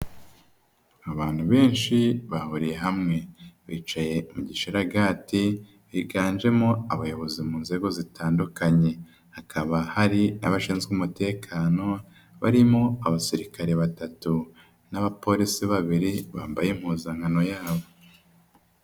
Abantu benshi bahuriye hamwe, bicaye mu gisharaga, higanjemo abayobozi mu nzego zitandukanye, hakaba hari n'abashinzwe umutekano, barimo abasirikare batatu n'abapolisi babiri, bambaye impuzankano yabo.